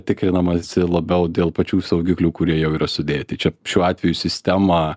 tikrinamas labiau dėl pačių saugiklių kurie jau yra sudėti čia šiuo atveju sistema